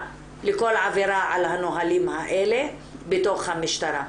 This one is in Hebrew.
לכל עבירה על הנהלים האלה בתוך המשטרה.